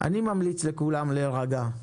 אני ממליץ לכולם להירגע.